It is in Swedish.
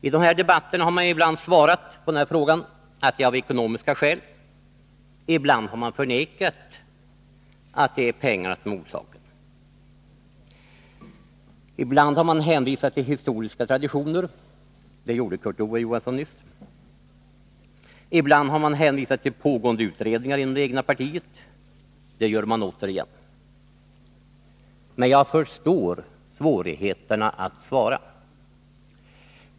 I dessa debatter har man ibland svarat på den här frågan att det är av ekonomiska skäl, ibland har man förnekat att det är pengarna som är orsaken. Ibland har man hänvisat till historiska traditioner — det gjorde Kurt Ove Johansson nyss. Ibland har man hänvisat till pågående utredningar inom det egna partiet — och det gör man återigen. Men jag förstår svårigheterna att svara.